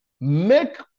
Make